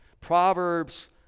Proverbs